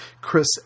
Chris